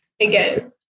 Again